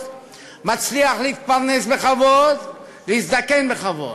מצליח להתפרנס בכבוד ולהזדקן בכבוד.